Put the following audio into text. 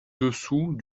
dessous